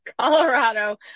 Colorado